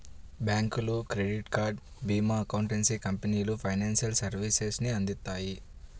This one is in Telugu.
బ్యాంకులు, క్రెడిట్ కార్డ్, భీమా, అకౌంటెన్సీ కంపెనీలు ఫైనాన్షియల్ సర్వీసెస్ ని అందిత్తాయి